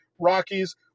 Rockies